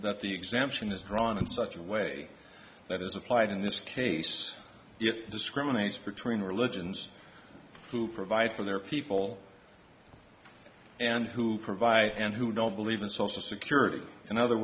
that the exemption is drawn in such a way that is applied in this case it discriminates between religions who provide for their people and who provide and who don't believe in social security in other